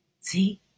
See